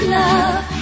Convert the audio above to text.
love